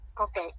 okay